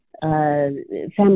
family